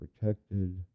protected